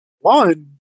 one